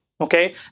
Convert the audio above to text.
Okay